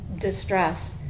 distress